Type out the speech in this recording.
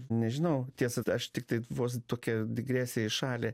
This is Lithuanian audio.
nežinau tiesa aš tiktai vos tokia digresiją į šalį